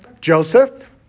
Joseph